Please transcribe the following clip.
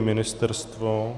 Ministerstvo?